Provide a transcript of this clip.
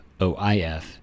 OIF